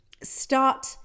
start